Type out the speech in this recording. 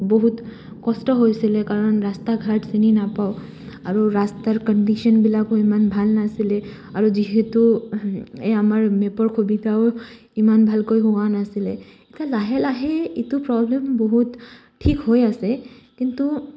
বহুত কষ্ট হৈছিলে কাৰণ ৰাস্তা ঘাট চিনি নাপাওঁ আৰু ৰাস্তাৰ কণ্ডিশ্যনবিলাকো ইমান ভাল নাছিলে আৰু যিহেতু এই আমাৰ মেপৰ সুবিধাও ইমান ভালকৈ হোৱা নাছিলে এতিয়া লাহে লাহে এইটো প্ৰব্লেম বহুত ঠিক হৈ আছে কিন্তু